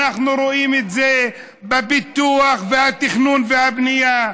אנחנו רואים את זה בפיתוח והתכנון והבנייה,